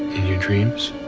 your dreams?